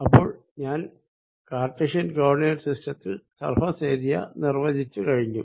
അപ്പോൾ ഞാൻ cartesian coordinate സിസ്റ്റത്തിൽ സർഫേസ് ഏരിയ നിർവചിച്ചു കഴിഞ്ഞു